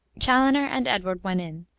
chaloner and edward went in,